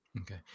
Okay